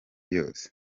yose